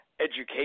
education